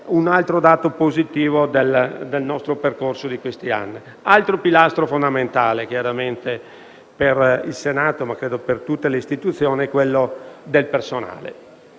un altro dato positivo del nostro percorso di questi anni. Altro pilastro fondamentale per il Senato, ma credo sia così per tutte le istituzioni, è quello del personale.